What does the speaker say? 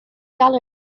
dollars